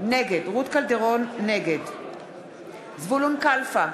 נגד זבולון קלפה,